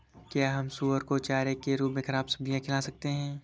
क्या हम सुअर को चारे के रूप में ख़राब सब्जियां खिला सकते हैं?